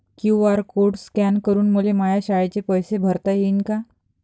QR code scan करून मले माया शाळेचे पैसे भरता येईन का?